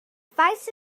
faes